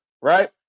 right